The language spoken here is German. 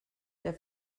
der